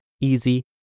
easy